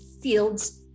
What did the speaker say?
fields